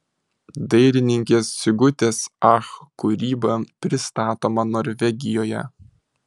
dailininkės sigutės ach kūryba pristatoma norvegijoje